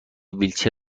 ویلچر